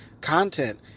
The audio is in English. content